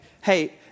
hey